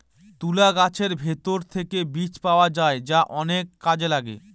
তুলা গাছের ভেতর থেকে বীজ পাওয়া যায় যা অনেক কাজে লাগে